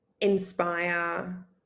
inspire